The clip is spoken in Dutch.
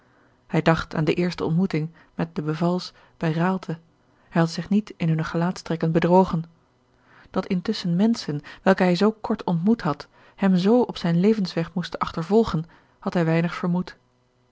hij dacht aan de eerste ontmoeting met de bevals bij raalte hij had zich niet in hunne gelaatstrekken bedrogen dat intusschen menschen welke hij zoo kort ontmoet had hem z op zijn levensweg moesten achtervolgen had hij weinig vermoed